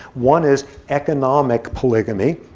one is economic polygamy,